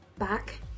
back